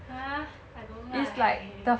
!huh! I don't like